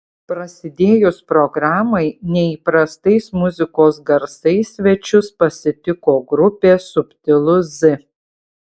prasidėjus programai neįprastais muzikos garsais svečius pasitiko grupė subtilu z